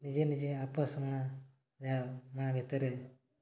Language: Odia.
ନିଜେ ନିଜେ ଆପସ୍ ବୁଝାମଣା ଭିତରେ